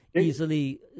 easily